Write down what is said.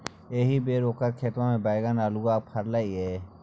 एहिबेर ओकर खेतमे बैगनी अल्हुआ फरलै ये